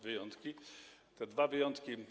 Wyjątki, te dwa wyjątki.